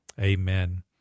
Amen